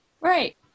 Right